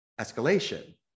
escalation